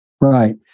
Right